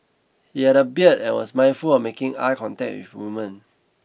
he had a beard and was mindful of making eye contact with women